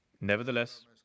Nevertheless